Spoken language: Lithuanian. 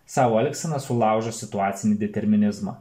savo elgsena sulaužo situacinį determinizmą